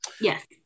Yes